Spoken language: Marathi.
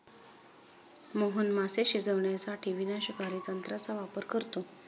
मोहन मासे शिजवण्यासाठी विनाशकारी तंत्राचा वापर करतो